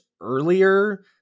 earlier